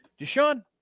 Deshaun